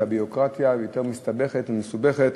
והביורוקרטיה יותר מסתבכת ומסובכת,